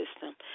system